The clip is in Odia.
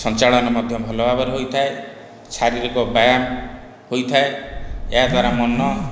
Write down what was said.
ସଞ୍ଚାଳନ ମଧ୍ୟ ଭଲ ଭାବରେ ହୋଇଥାଏ ଶାରୀରିକ ବ୍ୟାୟାମ ହୋଇଥାଏ ଏହାଦ୍ୱାରା ମନ